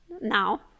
now